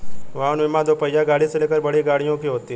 वाहन बीमा दोपहिया गाड़ी से लेकर बड़ी गाड़ियों की होती है